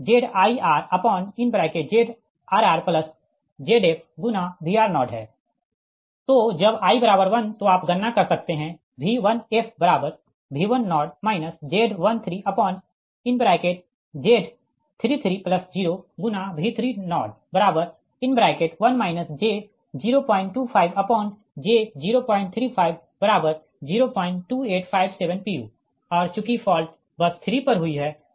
तो जब i1 तो आप गणना कर सकते है V1fV10 Z13Z330V301 j025j03502857 pu और चूँकि फॉल्ट बस 3 पर हुई है